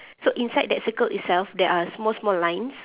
so inside that circle itself there are small small lines